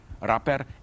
rapper